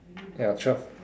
ya twelve